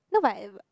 not whatever